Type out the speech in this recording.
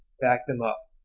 backed them up.